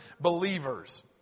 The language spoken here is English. believers